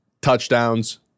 touchdowns